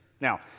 Now